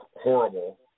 horrible